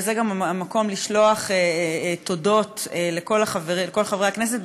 וזה גם המקום לשלוח תודות לכל חברי הכנסת,